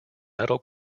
metal